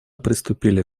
приступили